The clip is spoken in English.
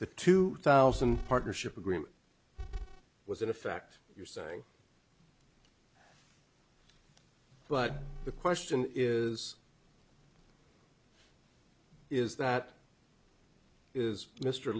the two thousand partnership agreement was in effect you're saying but the question is is that is mr